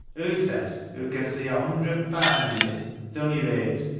hoo says hoo can see a hunderd paand in it, at ony rate,